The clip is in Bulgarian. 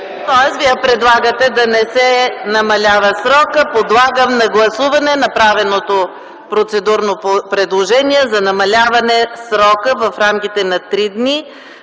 Тоест Вие предлагате срокът да не се намалява. Подлагам на гласуване направеното процедурно предложение за намаляване на срока в рамките на 3 дни